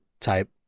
type